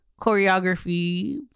choreography